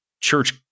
church